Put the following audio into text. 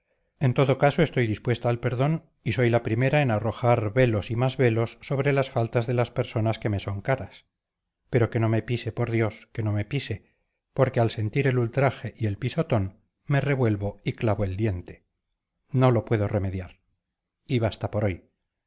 en todo caso estoy dispuesta al perdón y soy la primera en arrojar velos y más velos sobre las faltas de las personas que me son caras pero que no me pise por dios que no me pise porque al sentir el ultraje y el pisotón me revuelvo y clavo el diente no lo puedo remediar y basta por hoy